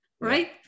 right